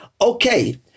Okay